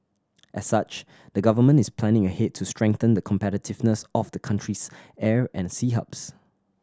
as such the Government is planning ahead to strengthen the competitiveness of the country's air and sea hubs